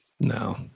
no